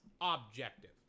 objective